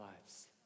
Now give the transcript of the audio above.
lives